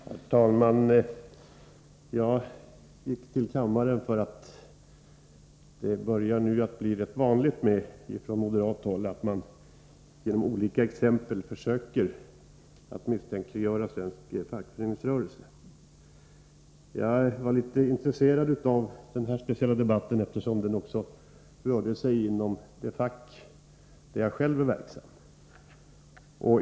Herr talman! Jag gick till kammaren, eftersom det nu på moderat håll börjar bli rätt vanligt att man genom olika exempel försöker misstänkliggöra svensk fackföreningsrörelse. Den här speciella debatten är också särskilt intressant för mig, eftersom den rör sig inom det fack där jag själv är verksam.